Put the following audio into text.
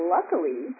Luckily